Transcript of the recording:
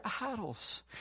idols